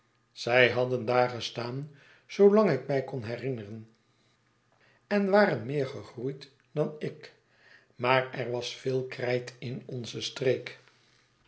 zij hadden daar gestaan zoolang ik mij kon herinneren en waren meer gegroeid dan ik maar er was veel krijt in onze streek